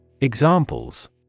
Examples